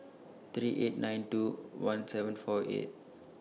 three eight nine two one seven four eight